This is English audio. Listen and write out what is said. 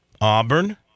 Auburn